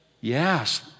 Yes